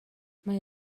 mae